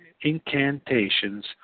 incantations